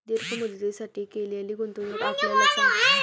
दीर्घ मुदतीसाठी केलेली गुंतवणूक आपल्याला चांगला परतावा देऊ शकते